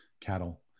cattle